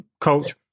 Coach